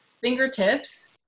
fingertips